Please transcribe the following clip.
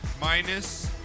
minus